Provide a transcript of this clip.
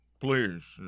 please